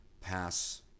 pass